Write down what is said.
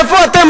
איפה אתם?